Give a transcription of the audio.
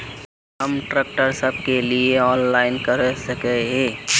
हम ट्रैक्टर सब के लिए ऑनलाइन कर सके हिये?